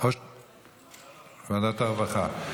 ועדת הרווחה.